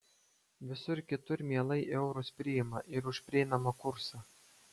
visur kitur mielai eurus priima ir už prieinamą kursą